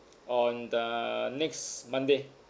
on the next monday